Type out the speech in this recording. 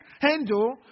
handle